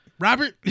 Robert